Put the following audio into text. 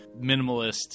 Minimalist